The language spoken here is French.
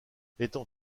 étant